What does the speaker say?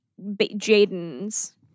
Jaden's